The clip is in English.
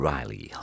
Riley